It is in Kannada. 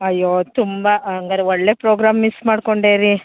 ಅಯ್ಯೋ ತುಂಬ ಹಂಗಾರ್ ಒಳ್ಳೆಯ ಪ್ರೋಗ್ರಾಮ್ ಮಿಸ್ ಮಾಡಿಕೊಂಡೆ ರೀ